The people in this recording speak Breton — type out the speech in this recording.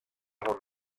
ran